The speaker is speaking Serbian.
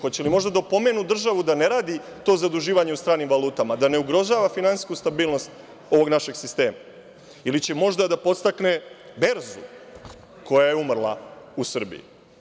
Hoće li možda da pomenu državu da ne radi to zaduživanje u stranim valutama, da ne ugrožava finansijsku stabilnost ovog našeg sistema ili će možda da podstakne berzu koja je umrla u Srbiji.